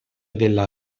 della